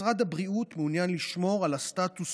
משרד הבריאות מעוניין לשמור על הסטטוס